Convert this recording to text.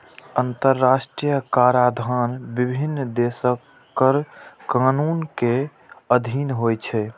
अंतरराष्ट्रीय कराधान विभिन्न देशक कर कानून के अधीन होइ छै